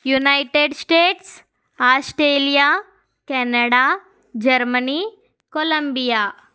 United States Australia Canada Germany Colombia